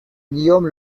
guillaume